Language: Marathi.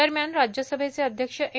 दरम्यान राज्यसभेचे अध्यक्ष एम